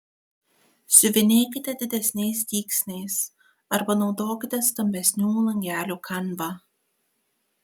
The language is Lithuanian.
siuvinėkite didesniais dygsniais arba naudokite stambesnių langelių kanvą